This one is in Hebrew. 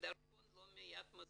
ודרכון לא מיד מזמינים,